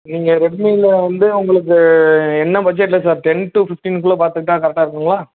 நீங்கள் ரெட்மியில் வந்து உங்களுக்கு என்ன பட்ஜெட்டில் சார் டென் டூ ஃபிப்ட்டீன் குள்ளே பார்த்துக்கிட்டா கரெக்டாக இருக்குங்ளா